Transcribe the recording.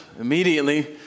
immediately